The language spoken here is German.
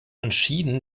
entschieden